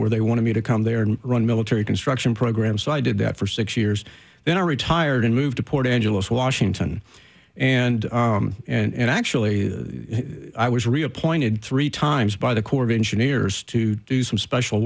where they want to be to come there and run military construction program so i did that for six years then i retired and moved to port angeles washington and and actually i was reappointed three times by the corps of engineers to do some special